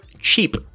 cheap